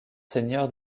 seigneur